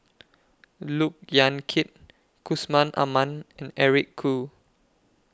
Look Yan Kit Yusman Aman and Eric Khoo